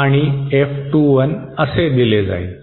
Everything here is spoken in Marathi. आणि F21 असे दिले जाईल